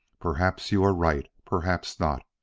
perhaps you are right perhaps not.